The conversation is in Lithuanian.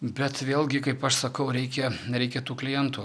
bet vėlgi kaip aš sakau reikia reikia tų klientų